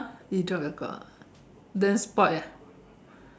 !huh! you drop your clock ah then spoiled ah